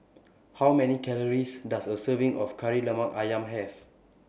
How Many Calories Does A Serving of Kari Lemak Ayam Have